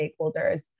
stakeholders